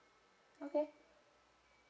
okay